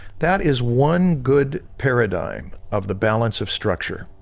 that is one good paradigm of the balance of structure.